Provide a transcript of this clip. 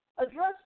Address